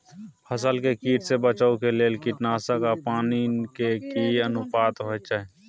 फसल के कीट से बचाव के लेल कीटनासक आ पानी के की अनुपात होय चाही?